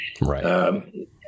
Right